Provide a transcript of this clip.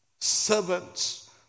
servants